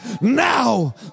Now